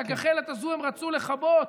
את הגחלת הזאת הם רצו לכבות.